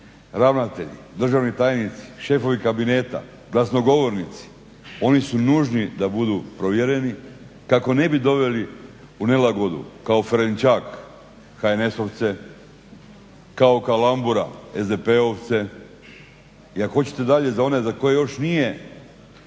ravnatelji, državni tajnici, šefovi kabineta, glasnogovornici, oni su nužni da budu provjereni kako ne bi doveli u nelagodu kao Ferenčak HNS-ovce, kao Kalambura SDP-ovce i ako hoćete dalje za koje još nije